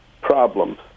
problems